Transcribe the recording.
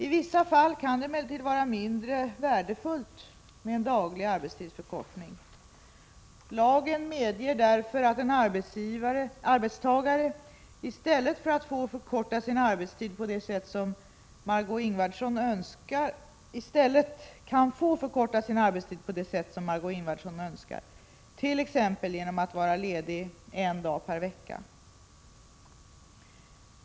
I vissa fall kan det emellertid vara mindre värdefullt med en daglig arbetstidsförkortning. Lagen medger därför att en arbetstagare i stället kan få förkorta sin arbetstid på det sätt som Margö Ingvardsson önskar, t.ex. genom att vara ledig en dag per vecka.